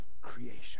creation